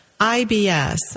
IBS